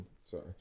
sorry